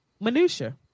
Minutia